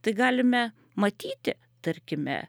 tai galime matyti tarkime